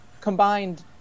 combined